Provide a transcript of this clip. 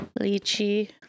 lychee